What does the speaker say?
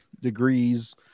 degrees